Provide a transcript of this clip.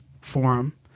forum